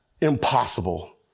impossible